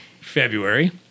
February